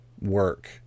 work